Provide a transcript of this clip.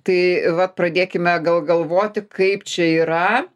tai vat pradėkime gal galvoti kaip čia yra